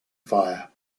fire